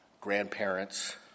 grandparents